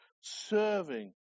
serving